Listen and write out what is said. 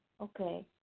Okay